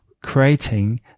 creating